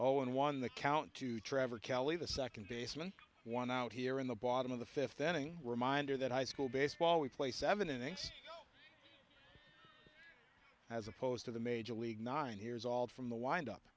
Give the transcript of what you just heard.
and one the count to trevor kelly the second baseman one out here in the bottom of the fifth inning reminder that high school baseball we play seven innings as opposed to the major league nine years old from the wind up